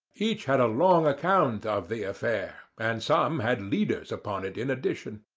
each had a long account of the affair, and some had leaders upon it in addition.